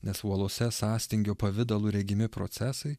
nes uolose sąstingio pavidalu regimi procesai